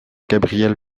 gabriel